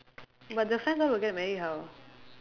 but the friends all will get married how